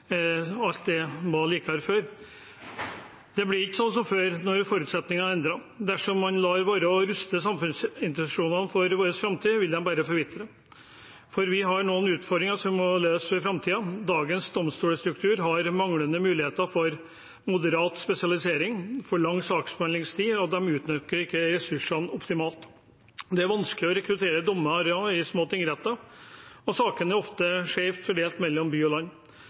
var «likar før», blir det ikke som før når forutsetningene er endret. Dersom man lar være å ruste samfunnsinstitusjonene for framtiden, vil de bare forvitre, for vi har noen utfordringer å løse for framtiden: Dagens domstolstruktur har manglende muligheter for moderat spesialisering, det er for lang saksbehandlingstid, og de utnytter ikke ressursene optimalt. Det er vanskelig å rekruttere dommere i små tingretter, og sakene er ofte skjevt fordelt mellom by og land.